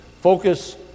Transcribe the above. focus